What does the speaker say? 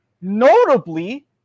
Notably